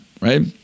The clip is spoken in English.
right